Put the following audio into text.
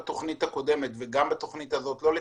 בתכנית הקודמת וגם בתכנית הזאת לא לתלמידים,